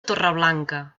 torreblanca